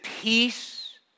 peace